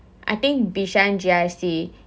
I think bishan G_R_C